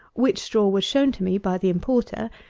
which straw was shown to me by the importer,